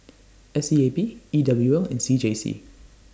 S E A B E W L and C J C